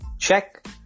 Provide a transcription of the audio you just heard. Check